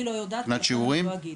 אני לא יודעת ולכן אני לא אגיד.